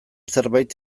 zerbait